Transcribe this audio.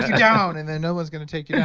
down and then no one's going to take you down.